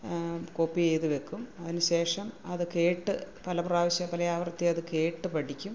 copy ചെയ്തു വെക്കും അതിന് ശേഷം അത് കേട്ട് പല പ്രാവശ്യം പല ആവർത്തി അതു കേട്ട് പഠിക്കും